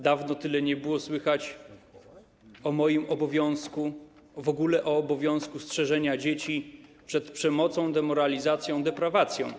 Dawno tyle nie było słychać o moim obowiązku, w ogóle o obowiązku strzeżenia dzieci przed przemocą, demoralizacją, deprawacją.